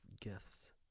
gifts